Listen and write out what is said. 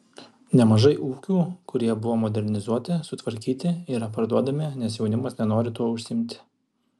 nemažai ūkių kurie buvo modernizuoti sutvarkyti yra parduodami nes jaunimas nenori tuo užsiimti